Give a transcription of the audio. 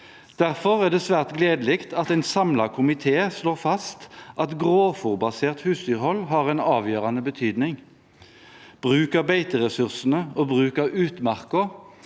Derfor er det svært gledelig at en samlet komité slår fast at grovfôrbasert husdyrhold har en avgjørende betydning. Bruk av beiteressursene og bruk av utmarka